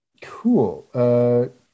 Cool